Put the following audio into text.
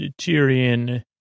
Tyrion